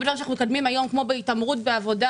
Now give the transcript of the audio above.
כיום אנחנו מקדמים נושאים כמו מלחמה בהתעמרות בעבודה